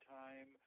time